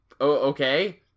okay